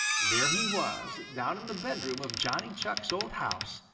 there he was, down in the bedroom of johnny chuck's old house,